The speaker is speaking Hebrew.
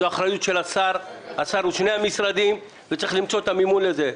זו אחריות של השר ושל שני המשרדים ויש למצוא את המימון לזה.